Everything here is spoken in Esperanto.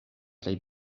plej